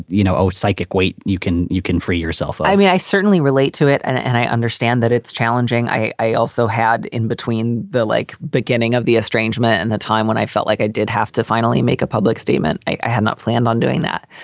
you know, a psychic weight. you can you can free yourself i mean, i certainly relate to it and and i understand that it's challenging. i i also had in between the like beginning of the estrangement and the time when i felt like i did have to finally make a public statement. i i had not planned on doing that.